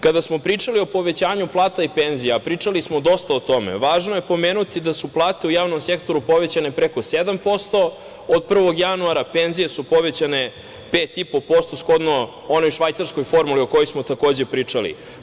Kada smo pričali o povećanju plata i penzija, a pričali smo dosta o tome, važno je pomenuti da su plate u javnom sektoru povećane preko 7%, od 1. januara penzije su povećane 5,5% shodno onoj švajcarskoj formuli o kojoj smo takođe pričali.